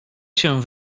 się